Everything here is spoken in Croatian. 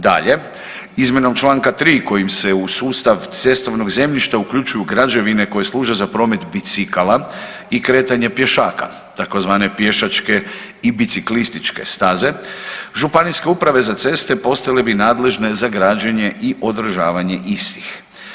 Dalje, izmjenom čl. 3 kojim se u sustavu cestovnog zemljišta uključuju građevine koje služe za promet bicikala i kretanje pješaka, tzv. pješačke i biciklističke staze, županijske uprave za ceste postale bi nadležne za građenje i održavanje istih.